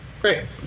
Great